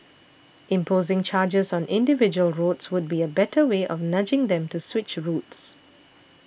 imposing charges on individual roads would be a better way of nudging them to switch routes